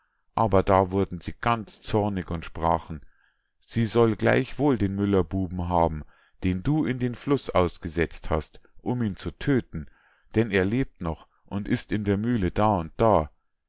aber da wurden sie ganz zornig und sprachen sie soll gleichwohl den müllerbuben haben den du in den fluß ausgesetzt hast um ihn zu tödten denn er lebt noch und ist in der mühle da und da